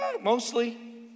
mostly